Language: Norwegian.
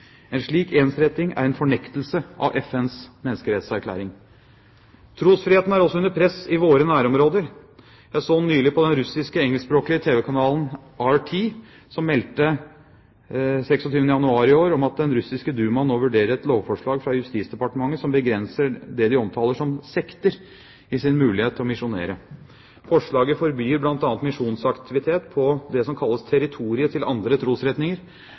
en stor risiko om de prøver. En slik ensretting er en fornektelse av FNs menneskerettighetserklæring. Trosfriheten er også under press i våre nærområder. Jeg så nylig på den russiske engelskspråklige tv-kanalen RT, som den 26. januar i år meldte at den russiske dumaen nå vurderer et lovforslag fra justisdepartementet som begrenser muligheten for det de omtaler som «sekter», til å misjonere. Forslaget forbyr bl.a. misjonsaktivitet på det som kalles «territoriet til andre trosretninger»